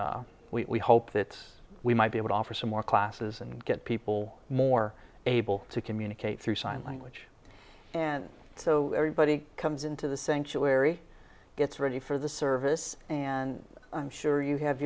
we hope that we might be able to offer some more classes and get people more able to communicate through sign language and so everybody comes into the sanctuary gets ready for the service and i'm sure you have